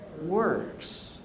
Works